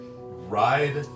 Ride